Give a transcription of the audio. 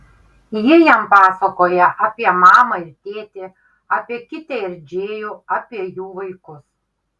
ji jam pasakoja apie mamą ir tėtį apie kitę ir džėjų apie jų vaikus